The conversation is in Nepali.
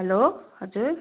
हेलो हजुर